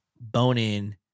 bone-in